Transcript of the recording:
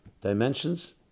dimensions